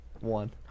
One